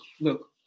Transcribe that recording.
look